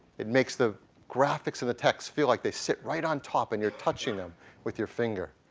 it makes the graphics of the text feel like they sit right on top and you're touching them with your finger.